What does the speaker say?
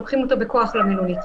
לוקחים אותו בכוח למלונית,